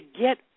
get